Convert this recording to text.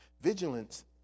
Vigilance